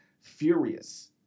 furious